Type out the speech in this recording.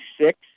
six